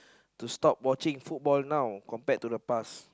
to stop watching football now compared to the past